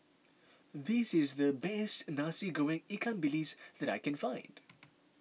this is the best Nasi Goreng Ikan Bilis that I can find